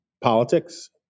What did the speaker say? politics